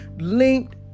linked